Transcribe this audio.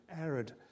arid